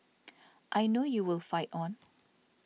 I know you will fight on